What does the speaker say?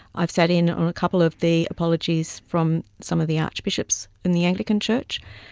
i've sat in on a couple of the apologies from some of the archbishops in the anglican church.